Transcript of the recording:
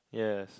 yes